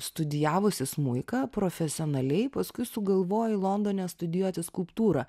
studijavusi smuiką profesionaliai paskui sugalvojai londone studijuoti skulptūrą